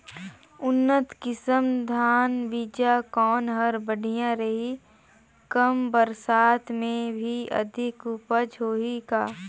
उन्नत किसम धान बीजा कौन हर बढ़िया रही? कम बरसात मे भी अधिक उपज होही का?